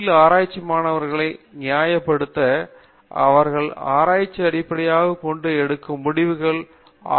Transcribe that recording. யில் ஆராய்ச்சி மாணவர்களை நியாயப்படுத்த அவர்கள் ஆராய்ச்சியை அடிப்படையாகக் கொண்டு எடுக்கும் முடிவுகளை ஆய்வு செய்து தீர்மானிக்கலாம்